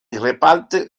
reparte